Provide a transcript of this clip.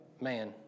man